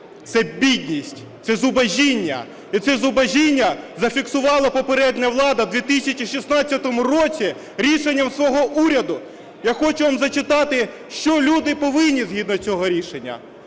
Це бідність, це зубожіння і це зубожіння зафіксувала попередня влада у 2016 році рішенням свого уряду. Я хочу вам зачитати, що люди повинні, згідно цього рішення.